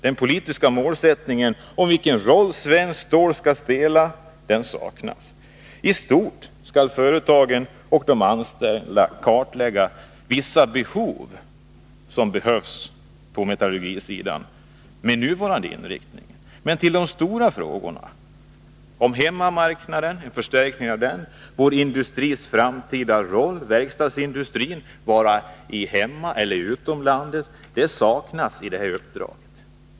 Den politiska målsättningen om vilken roll Svenskt Stål skall spela saknas. I stort skall företagen och de anställda kartlägga vissa behov som finns på metallurgisidan med nuvarande inriktning. Men de stora frågorna om en förstärkning av hemmamarknaden, om vår industris framtida roll, om verkstadsindustrin skall vara hemma eller utomlands, saknas i detta uppdrag.